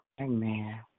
Amen